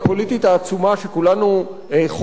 שכולנו חווים אותה בבניין הזה,